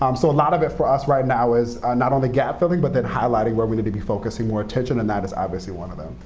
um so a lot of it for us right now is, not only gap filling, but then highlighting where we need to be focusing more attention. and that is obviously one of them.